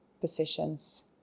positions